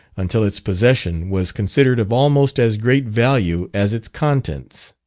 until its possession was considered of almost as great value as its contents.